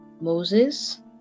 moses